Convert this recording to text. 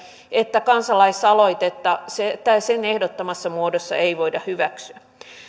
että kansalaisaloitetta sen ehdottamassa muodossa ei voida hyväksyä